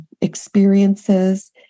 experiences